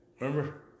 remember